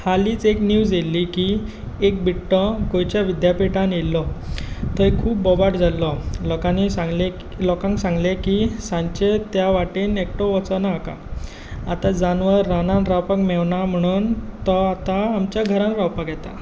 हालींच एक निव्ज आयिल्ली की एक बिप्टो गोंयच्या विद्यापिठांत आयिल्लो थंय खूब बोबाट जाल्लो लोकांनी सांगलें लोकांक सांगलें की सांचें ते वाटेन एकटो वचूं नाका आतां जानवर रानांत रावपाक मेळना म्हणून तो आतां आमच्या घरान रावपाक येता